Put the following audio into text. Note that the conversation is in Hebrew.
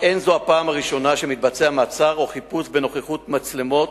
אין זו הפעם הראשונה שמתבצע מעצר או חיפוש בנוכחות מצלמות,